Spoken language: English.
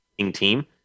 team